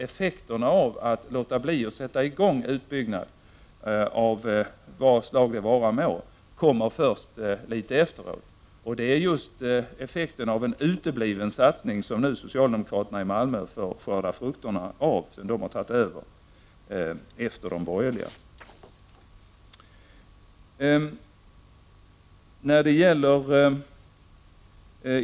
Effekterna av att man låter bli att sätta i gång utbyggnad av vad slag det vara må kommer först efteråt, och det är just effekten av utebliven satsning som socialdemokraterna i Malmö nu får skörda frukterna av sedan de har tagit över efter de borgerliga.